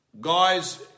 Guys